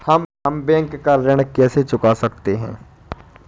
हम बैंक का ऋण कैसे चुका सकते हैं?